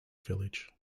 village